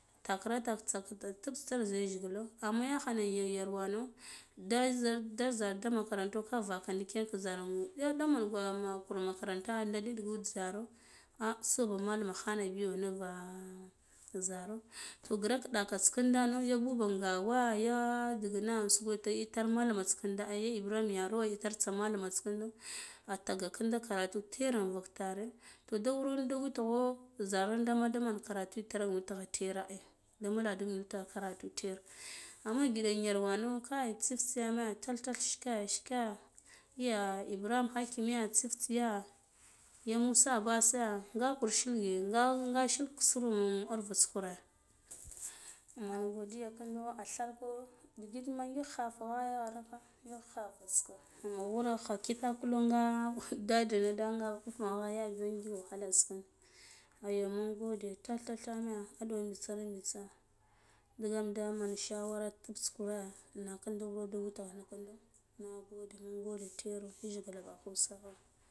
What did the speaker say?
Ta khra ta tsas ta tsik yajgila amma yakha na ngiɗ yarwano da za da zer tamakaranta ka vaka ndiken ka ziro ah sobi malami khana biyo nuwa zaro to grak dakata nda nuv ya buba gawa ya dighing sukwo da itar malta kinde ai ya ibrahim yao iter tsa malamata kindo a tage kinda karatu tera iwak trare to nda wuro nda witgho zorar da ma da mena karatu itar tera ai da bulalu iter karatu tera amma giɗo yar wino kai tsif tsiyane tath tath ke ye ibrahim hakime in tsiftsiya ya musa abbase nga kur shilge nga nga shil kusk avas kure men godiya kindo a thalko ndigit ma ngik khafa ghayo arkha ngik khafa tsiko amma wurakha kitakul nga ulig dedana ndi nga uf ghaya dagik wahalalsi ka ayya mungode tath tath theno aduwo mbitsa digen da men shawara adats kure nakando da witgha no kindo nagode mungode ter yajgila ɓiko spa